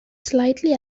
slightly